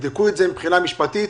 תבדקו את זה מבחינה משפטית.